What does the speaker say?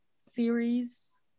series